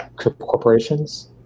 corporations